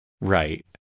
Right